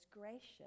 gracious